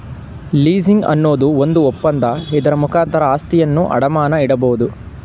leasing ಅನ್ನೋದು ಒಂದು ಒಪ್ಪಂದ, ಇದರ ಮುಖಾಂತರ ಆಸ್ತಿಯನ್ನು ಅಡಮಾನ ಇಡಬೋದು